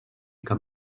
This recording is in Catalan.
cap